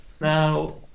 Now